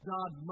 God